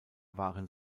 waren